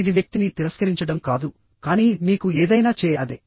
ఇది వ్యక్తిని తిరస్కరించడం కాదు కానీ మీకు ఏదైనా చేయఅదే